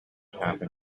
happen